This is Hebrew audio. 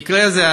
המקרה הזה,